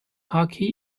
hockey